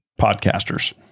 podcasters